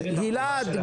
גלעד,